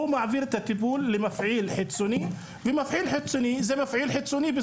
הוא מעביר את הטיפול למפעיל חיצוני ומפעיל חיצוני זה מפעיל חיצוני.